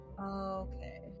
okay